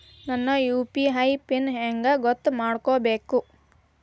ನನ್ನ UPI PIN ಹೆಂಗ್ ಗೊತ್ತ ಮಾಡ್ಕೋಬೇಕು?